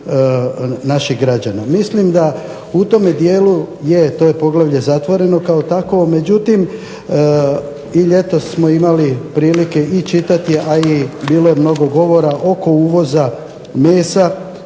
naših građana. Mislim da u tome dijelu, je to je poglavlje zatvoreno kao takvo, međutim i ljetos smo imali prilike i čitati, a i bilo je mnogo govora oko uvoza mesa,